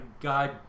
God